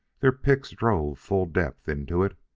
their picks drove full depth into it,